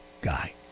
guy